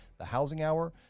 thehousinghour